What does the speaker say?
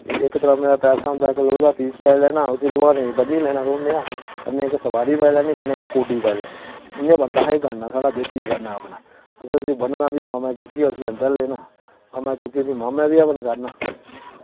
इक तरामें दा पैसा होंदा इक लोहे दा पीस पाई लैना उस्सी लोहा ने बन्नी लैना थोह्ड़ा नेआं कन्नै इक सुपारी पाई लैनी कन्नै इक कौडी पाई लैनी इं'या बनदा एह् गान्ना साढ़ा देसी गान्ना अपना असें उस्सी बनना फ्ही मामै चुक्कियै उस्सी अंदर लेना मामै चुक्कियै फ्ही मामै वी हवन करना